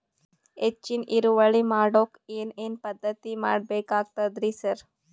ಹೆಚ್ಚಿನ್ ಇಳುವರಿ ಮಾಡೋಕ್ ಏನ್ ಏನ್ ಪದ್ಧತಿ ಮಾಡಬೇಕಾಗ್ತದ್ರಿ ಸರ್?